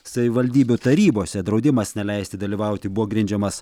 savivaldybių tarybose draudimas neleisti dalyvauti buvo grindžiamas